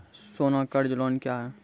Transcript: सोना कर्ज लोन क्या हैं?